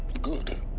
good.